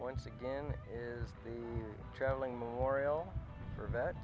once again is the traveling memorial for